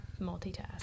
multitask